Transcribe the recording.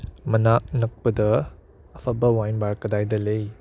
ꯃꯅꯥꯛ ꯅꯛꯄꯗ ꯑꯐꯕ ꯋꯥꯏꯟ ꯕꯥꯔ ꯀꯗꯥꯏꯗ ꯂꯩ